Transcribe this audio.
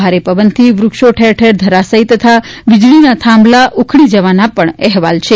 ભારે પવનથી વૃક્ષો ઠેરઠેર ધરાશાયી તથા વીજળીના થાંભલા ઉખઢી જવાના પણ અહેવાલ પણ છે